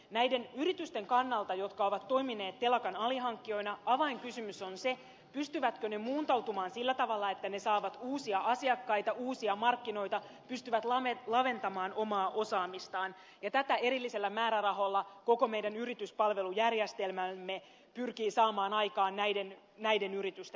näiden yritysten kannalta jotka ovat toimineet telakan alihankkijoina avainkysymys on se pystyvätkö ne muuntautumaan sillä tavalla että ne saavat uusia asiakkaita uusia markkinoita pystyvät laventamaan omaa osaamistaan ja tätä erillisillä määrärahoilla koko meidän yrityspalvelujärjestelmämme pyrkii saamaan aikaan näiden maiden yritystä